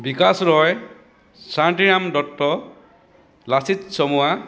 Bikash Roy Shantiram Dutta Lachit Chamua